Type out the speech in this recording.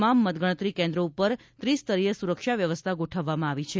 તમામ મતગણતરી કેન્દ્રો ઉપર ત્રિસ્તરીય સુરક્ષા વ્યવસ્થા ગોઠવવામાં આવી છે